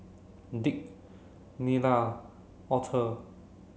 Dick Nilda Author